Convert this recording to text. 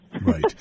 Right